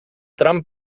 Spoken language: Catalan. tram